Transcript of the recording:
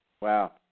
Wow